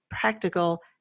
practical